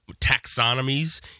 taxonomies